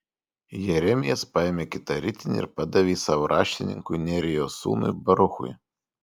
jeremijas paėmė kitą ritinį ir padavė jį savo raštininkui nerijos sūnui baruchui